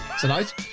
tonight